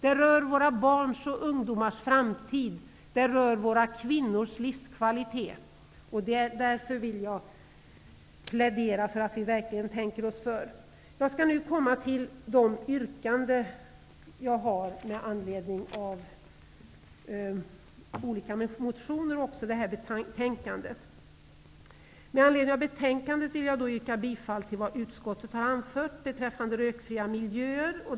Det rör våra barns och ungdomars framtid. Det rör våra kvinnors livskvalitet. Därför vill jag plädera för att vi verkligen tänker oss för. Jag skall nu komma till de yrkanden jag har med anledning av olika motioner i det här betänkandet. Med anledning av betänkandet vill jag yrka bifall till vad utskottet har anfört beträffande rökfria miljöer.